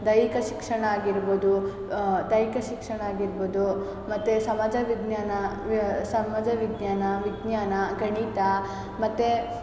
ದೈಹಿಕ ಶಿಕ್ಷಣ ಆಗಿರ್ಬೋದು ದೈಹಿಕ ಶಿಕ್ಷಣ ಆಗಿರ್ಬೋದು ಮತ್ತು ಸಮಾಜ ವಿಜ್ಞಾನ ಸಮಾಜ ವಿಜ್ಞಾನ ವಿಜ್ಞಾನ ಗಣಿತ ಮತ್ತು